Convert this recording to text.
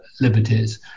liberties